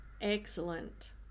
excellent